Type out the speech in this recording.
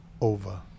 over